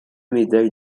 médailles